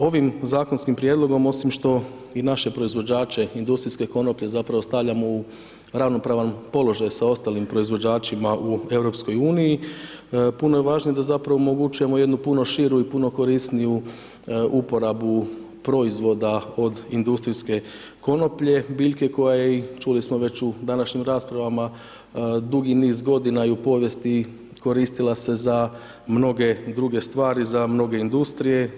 Ovim zakonskim prijedlogom osim što i naše proizvođače industrijske konoplje zapravo stavljajmo u ravnopravan položaj sa ostalim proizvođačima u EU puno je važnije da zapravo omogućujemo jednu puno širu i puno korisniju uporabu proizvoda od industrijske konoplje biljke koja je i čuli smo već u današnjim raspravama dugi niz godina i u povijesti koristila se za mnoge druge stvari, za mnoge industrije.